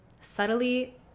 subtly